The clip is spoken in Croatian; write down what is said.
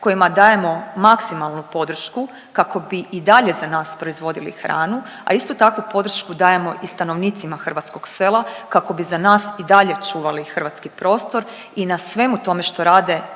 kojima dajemo maksimalnu podršku kako bi i dalje za nas proizvodili hranu, a isto takvu podršku dajemo i stanovnicima hrvatskog sela, kako bi za nas i dalje čuvali hrvatski prostor i na svemu tome što rade